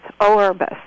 Orbis